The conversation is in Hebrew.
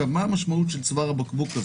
מה המשמעות של צוואר הבקבוק?